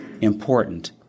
important